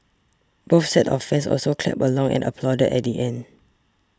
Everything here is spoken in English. both sets of fans also clapped along and applauded at the end